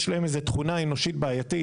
יש להם איזה תכונה אנושית בעייתית.